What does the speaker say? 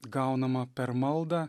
gaunamą per maldą